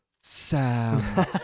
Sam